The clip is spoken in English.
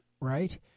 right